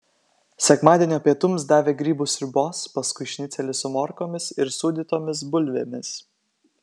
sekmadienio pietums davė grybų sriubos paskui šnicelį su morkomis ir sūdytomis bulvėmis